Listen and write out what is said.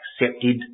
accepted